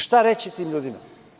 Šta reći tim ljudima?